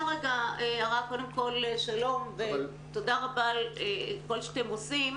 תודה רבה על כל שאתם עושים,